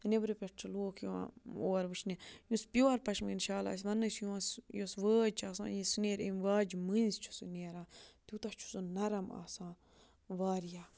نٮ۪برٕ پٮ۪ٹھ چھِ لوٗکھ یِوان اور وٕچھنہِ یُس پیُور پَشمیٖن شال اَسہِ وَننہٕ چھِ یِوان سُہ یۄس وٲج چھِ آسان یہِ سُہ نیرِ امہِ واجہِ مٔنٛزۍ چھُ سُہ نیران تیوٗتاہ چھُ سُہ نرم آسان واریاہ